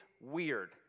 Weird